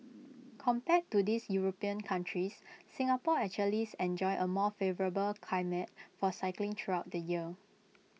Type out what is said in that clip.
compared to these european countries Singapore actually enjoys A more favourable climate for cycling throughout the year